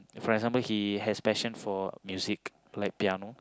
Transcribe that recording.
for example he has passion for music like piano